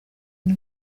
iyi